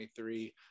23